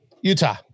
Utah